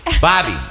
Bobby